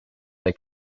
they